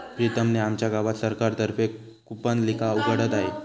प्रीतम ने आमच्या गावात सरकार तर्फे कूपनलिका उघडत आहे